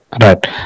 right